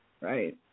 right